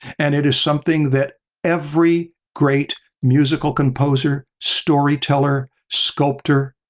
and it is something that every great musical composer, storyteller, sculptor,